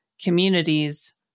communities